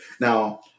Now